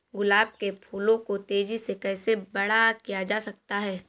गुलाब के फूलों को तेजी से कैसे बड़ा किया जा सकता है?